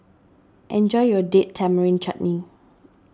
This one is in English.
enjoy your Date Tamarind Chutney